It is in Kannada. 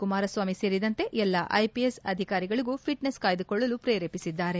ಕುಮಾರಸ್ನಾಮಿ ಸೇರಿದಂತೆ ಎಲ್ಲಾ ಐಪಿಎಸ್ ಅಧಿಕಾರಿಗಳಿಗೂ ಫಿಟ್ನೆಸ್ ಕಾಯ್ದುಕೊಳ್ಳಲು ಪ್ರೇರೆಪಿಸಿದ್ದಾರೆ